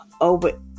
over